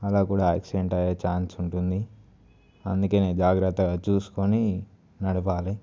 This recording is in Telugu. అలా కూడా యాక్సిడెంట్ అయ్యే ఛాన్స్ ఉంటుంది అందుకే జాగ్రత్తగా చూసుకొని నడపాలి